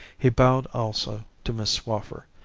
he bowed also to miss swaffer,